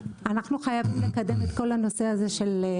אנחנו חייבים לקדם את כל הנושא הזה של נתיבים.